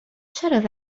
چرا